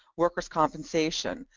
workers' compensation,